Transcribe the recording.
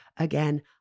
again